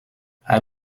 hij